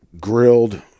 grilled